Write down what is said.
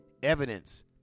Evidence